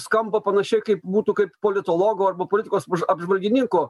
skamba panašiai kaip būtų kaip politologo arba politikos apžvalgininko